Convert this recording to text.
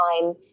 time